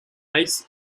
ace